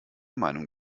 meinung